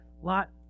Lot